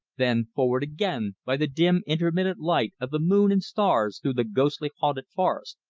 then forward again by the dim intermittent light of the moon and stars through the ghostly haunted forest,